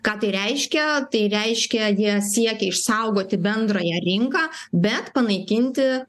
ką tai reiškia tai reiškia jie siekia išsaugoti bendrąją rinką bet panaikinti